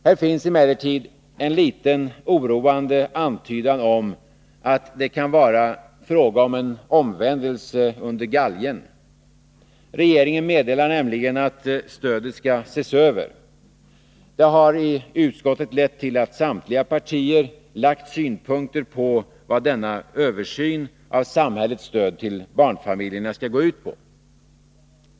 Det finns emellertid en liten oroande antydan om att det kan vara fråga om en omvändelse under galgen. Regeringen meddelar nämligen att stödet skall ses över. Det har i utskottet lett till att samtliga partier lagt synpunkter på vad denna översyn av samhällets stöd till barnfamiljerna skall gå ut på.